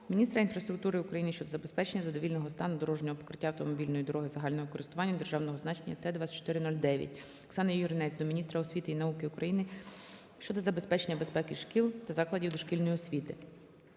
міністра інфраструктури України щодо забезпечення задовільного стану дорожнього покриття автомобільної дороги загального користування державного значення Т-24-09. Оксани Юринець до міністра освіти і науки України щодо забезпечення безпеки шкіл та закладів дошкільної освіти.